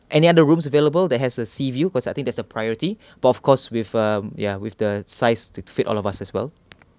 any other rooms available that has a sea view cause I think that's the priority but of course with uh ya with the size to fit all of us as well